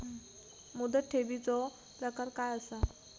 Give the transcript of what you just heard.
मुदत ठेवीचो प्रकार काय असा?